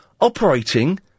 operating